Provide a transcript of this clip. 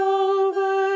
over